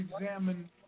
examine